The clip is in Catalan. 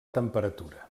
temperatura